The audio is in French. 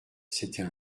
c’était